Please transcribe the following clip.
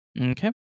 Okay